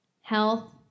health